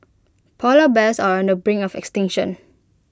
Polar Bears are on the brink of extinction